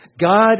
God